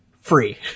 Free